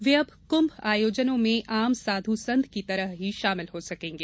वे अब कुंभ आयोजनों में आम साधु संत की तरह ही शामिल हो सकेंगे